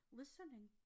listening